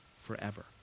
forever